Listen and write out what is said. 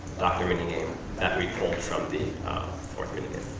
doctor minigame that we pulled from the fourth